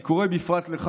אני קורא בפרט לך,